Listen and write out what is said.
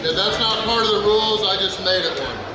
that's not part of the rules, i just made it